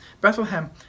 Bethlehem